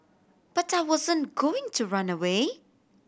but I wasn't going to run away